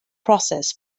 process